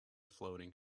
floating